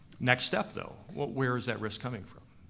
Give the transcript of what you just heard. next step, though, where is that risk coming from?